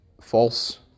false